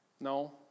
No